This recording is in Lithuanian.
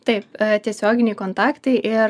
taip tiesioginiai kontaktai ir